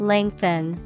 Lengthen